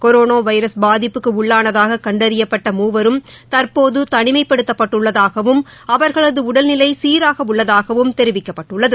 corona virus க்கு பாதிப்புக்கு உள்ளானதாக கண்டறியப்பட்ட மூவரும் தற்போது தனிமைப்படுத்தப்பட்டு உள்ளதாகவும் அவர்களது உடல்நிலை சீராக உள்ளதாகவும் தெரிவிக்கப்பட்டுள்ளது